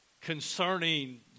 concerning